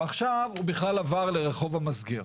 ועכשיו הוא בכלל עבר לרחוב המסגר.